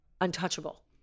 untouchable